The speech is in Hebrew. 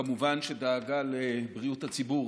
כמובן שדאגה לבריאות הציבור